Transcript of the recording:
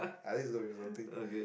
I think it's gonna be something